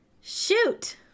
Shoot